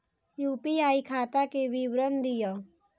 UPI खाता के विवरण दिअ?